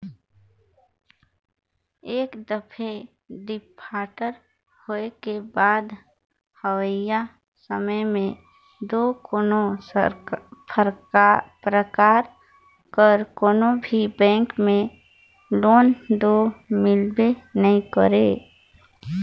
एक दफे डिफाल्टर होए के बाद अवइया समे में दो कोनो परकार कर कोनो भी बेंक में लोन दो मिलबे नी करे